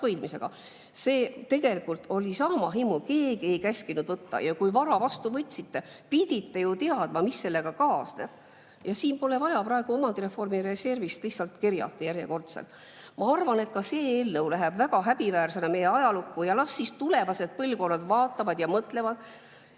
See tegelikult oli saamahimu, keegi ei käskinud võtta. Ja kui vara vastu võtsite, pidite ju teadma, mis sellega kaasneb. Ja siin pole vaja praegu omandireformi reservist lihtsalt kerjata järjekordselt. Ma arvan, et ka see eelnõu läheb väga häbiväärsena meie ajalukku. Las siis tulevased põlvkonnad vaatavad ja mõtlevad,